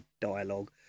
dialogue